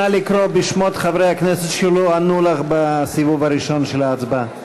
נא לקרוא בשמות חברי הכנסת שלא ענו לך בסיבוב הראשון של ההצבעה.